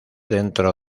dentro